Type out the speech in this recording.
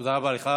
תודה רבה לך.